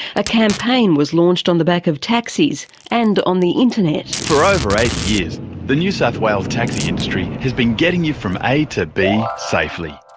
a campaign was launched on the back of taxis and on the internet. for over eighty years the new south wales taxi industry has been getting you from a to b safely.